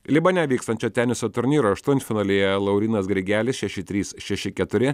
libane vykstančio teniso turnyro aštuntfinalyje laurynas grigelis šeši trys šeši keturi